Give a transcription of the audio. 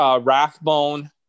Rathbone